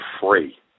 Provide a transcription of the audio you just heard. free